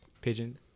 pigeon